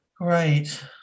Right